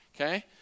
Okay